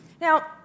Now